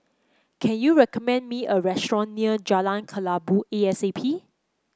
can you recommend me a restaurant near Jalan Kelabu E A C P